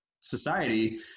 society